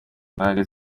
imbaraga